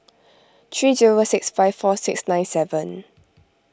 three zero a six five four six nine seven